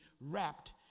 wrapped